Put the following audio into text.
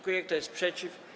Kto jest przeciw?